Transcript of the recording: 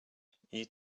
you